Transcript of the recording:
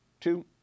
two